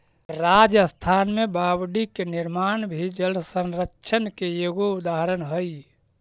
राजस्थान में बावडि के निर्माण भी जलसंरक्षण के एगो उदाहरण हई